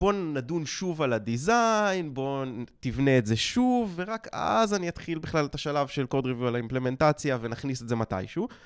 בוא נדון שוב על הדיזיין, בוא תבנה את זה שוב, ורק אז אני אתחיל בכלל את השלב של code review על האימפלמנטציה ונכניס את זה מתישהו.